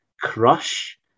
Crush